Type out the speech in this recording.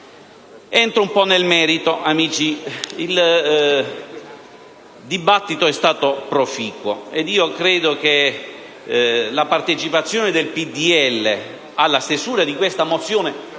Entro un po' nel merito, amici. Il dibattito è stato proficuo, e voglio ricordare la partecipazione del Gruppo PdL alla stesura di questa mozione,